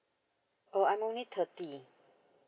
oh I'm only thirty